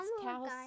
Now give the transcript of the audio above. cows